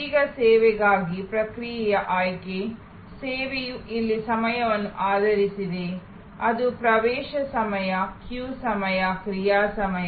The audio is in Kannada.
ಈಗ ಸೇವೆಗಾಗಿ ಪ್ರಕ್ರಿಯೆಯ ಆಯ್ಕೆ ಸೇವೆಯು ಇಲ್ಲಿ ಸಮಯವನ್ನು ಆಧರಿಸಿದೆ ಅದು ಪ್ರವೇಶ ಸಮಯ ಕ್ಯೂ ಸಮಯ ಕ್ರಿಯಾ ಸಮಯ